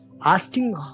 asking